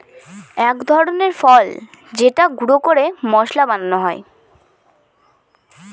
এক ধরনের ফল যেটাকে গুঁড়া করে মশলা বানানো হয়